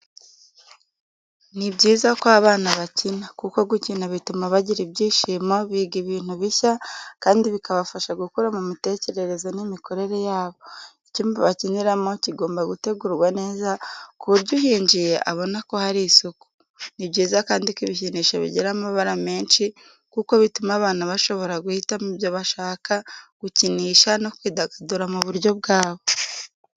Ni byiza ko abana bakina, kuko gukina bituma bagira ibyishimo, biga ibintu bishya, kandi bikabafasha gukura mu mitekerereze n'imikorere yabo. Icyumba bakiniramo kigomba gutegurwa neza ku buryo uhinjiye abona ko hari isuku. Ni byiza kandi ko ibikinisho bigira amabara menshi kuko bituma abana bashobora guhitamo ibyo bashaka gukinisha no kwidagadura mu buryo bwabo.